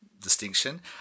distinction